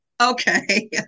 Okay